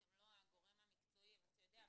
אתם לא הגורם המקצועי אבל אתה יודע,